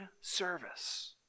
service